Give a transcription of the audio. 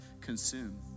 consume